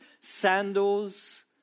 sandals